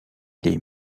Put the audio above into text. les